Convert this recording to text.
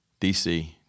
DC